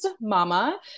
mama